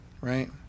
right